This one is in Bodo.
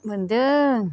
मोन्दों